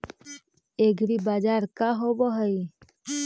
एग्रीबाजार का होव हइ?